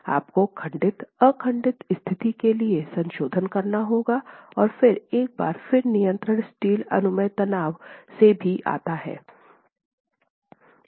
आपको खंडित अखंडित स्थिति के लिए संशोधन करना होगा और फिर एक बार फिर नियंत्रण स्टील अनुमेय तनाव से भी आता है